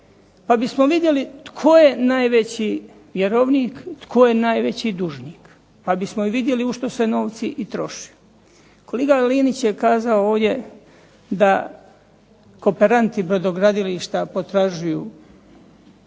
pa bismo vidjeli tko je najveći vjerovnik tko je najveći dužnik, pa bismo vidjeli u što se novac i troši. Kolega Linić je kazao ovdje da kooperanti brodogradilišta potražuju.